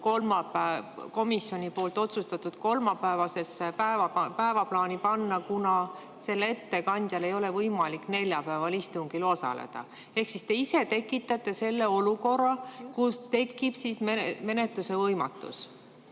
komisjon just selle tõttu kolmapäevasesse päevaplaani panna, et selle ettekandjal ei ole võimalik neljapäeval istungil osaleda. Ehk siis te ise tekitate selle olukorra, kus tekib menetluse võimatus.